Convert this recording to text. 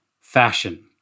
fashion